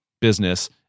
business